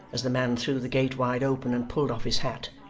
as the man threw the gate wide open, and pulled off his hat,